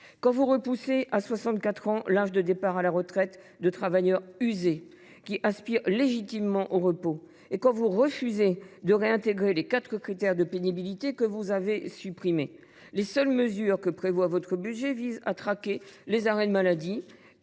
; vous reportez à 64 ans l’âge de départ à la retraite de travailleurs usés, qui aspirent légitimement au repos ; et vous refusez de réintégrer les quatre critères de pénibilité que vous avez supprimés. Les seules mesures que prévoit votre budget visent à traquer les arrêts maladie,